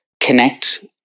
connect